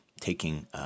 Taking